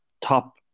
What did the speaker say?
Top